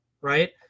right